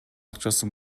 акчасы